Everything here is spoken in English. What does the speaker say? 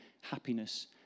happiness